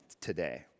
today